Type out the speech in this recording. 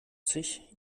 sich